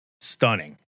stunning